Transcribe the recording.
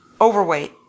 Overweight